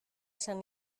esan